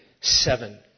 seven